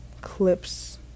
clips